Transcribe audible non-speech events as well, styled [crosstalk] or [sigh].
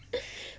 [laughs]